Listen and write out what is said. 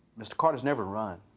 mr. carter's never run.